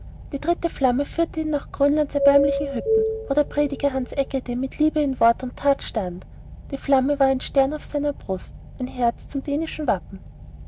die dritte flamme führte ihn nach grönlands erbärmlichen hütten wo der prediger hans egede mit liebe in wort und that stand die flamme war ein stern auf seiner brust ein herz zum dänischen wappen